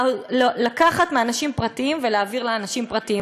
לקחת מאנשים פרטיים ולהעביר לאנשים פרטיים.